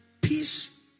Peace